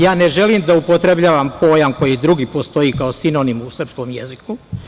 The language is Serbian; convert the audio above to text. Ja ne želim da upotrebljavam pojam koji drugi postoji kao sinonim u srpskom jeziku.